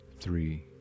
three